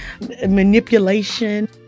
manipulation